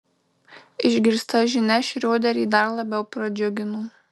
išgirsta žinia šrioderį dar labiau pradžiugino